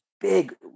big